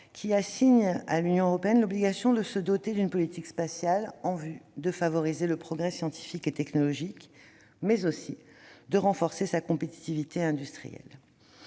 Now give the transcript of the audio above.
qui assignent à l'Union européenne l'obligation de se doter d'une politique spatiale en vue de favoriser le progrès scientifique et technologique, mais aussi de renforcer sa compétitivité industrielle.